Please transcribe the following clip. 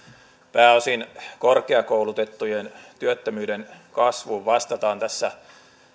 pääosin korkeakoulutettujen työttömyyden kasvuun vastataan tässä